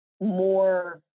more